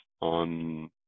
on